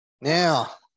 Now